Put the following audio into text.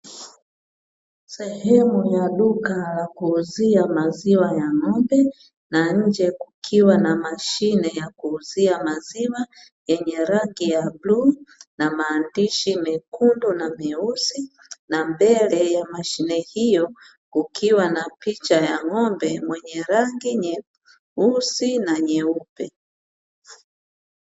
Sehemu ya duka la kuuzia maziwa ya ng'ombe na nje kukiwa na mashine ya kuuzia maziwa yenye rangi ya bluu, na maandishi mekundu na meusi, na mbele ya mashine hiyo kukiwa na picha ya ng'ombe mwenye rangi nyeupe na nyeupe.